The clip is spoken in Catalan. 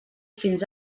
fins